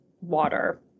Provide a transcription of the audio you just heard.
water